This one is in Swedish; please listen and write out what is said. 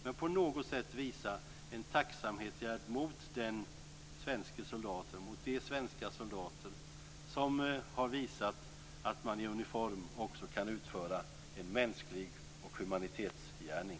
Men på något sätt kan det visa en tacksamhetsgärd mot de svenska soldater som har visat att man i uniform också kan utföra en mänsklig humanitetsgärning.